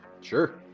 Sure